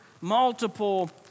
multiple